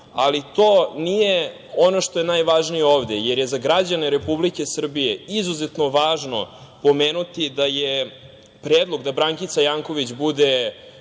ali to nije ono što je najvažnije ovde, jer je za građane Republike Srbije izuzetno važno pomenuti da je predlog da Brankica Janković bude